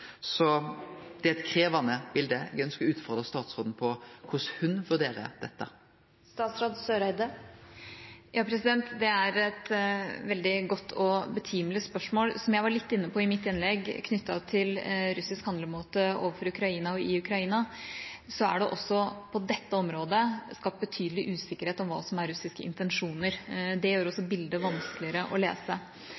Så det er eit krevjande bilete. Eg ønskjer å utfordre statsråden på korleis ho vurderer dette. Det er et veldig godt og betimelig spørsmål. Som jeg var litt inne på i mitt innlegg om russisk handlemåte overfor Ukraina, og i Ukraina, er det også på dette området skapt betydelig usikkerhet om hva som er russiske intensjoner. Det gjør også bildet vanskeligere å lese.